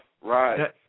Right